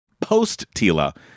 Post-Tila